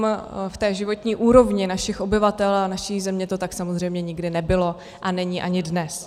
V životní úrovni našich obyvatel a naší země to tak samozřejmě nikdy nebylo a není ani dnes.